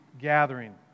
gathering